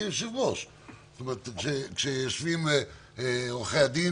שזו משימה לא תמיד קלה,